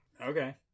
Okay